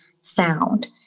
sound